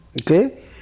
Okay